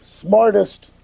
smartest